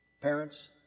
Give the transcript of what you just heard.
Parents